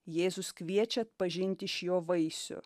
jėzus kviečia atpažinti iš jo vaisių